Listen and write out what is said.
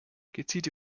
gezielte